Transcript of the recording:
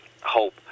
hope